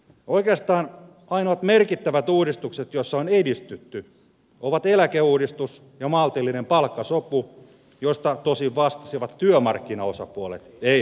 oikeastaan ainoat merkittävät uudistukset joissa on edistytty ovat eläkeuudistus ja maltillinen palkkasopu joista tosin vastasivat työmarkkinaosapuolet eikä hallitus